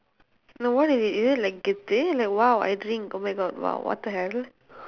no what is it is it like like !wow! I drink oh my god !wow! what the hell